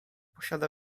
posiada